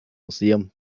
museum